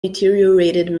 deteriorated